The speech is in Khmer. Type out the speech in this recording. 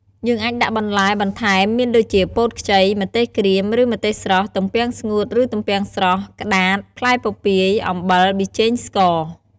យើងអាចដាក់បន្លែ បន្ថែម មានដូចជាពោតខ្ចី ម្ទេសក្រៀមឬម្ទេសស្រស់ ទំពាំងស្ងួតរឺទំពាំងស្រស់ ក្តាត ផ្លែពពាយ អំបិល ប៊ីចេងស្ករ។